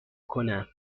کنم